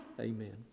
Amen